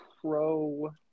pro